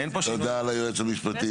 תודה ליועץ המשפטי.